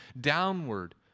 downward